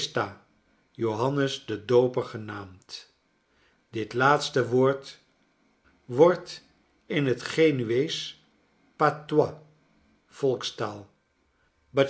joannes de dooper genaamd dit laatste woord wordt in het genueesch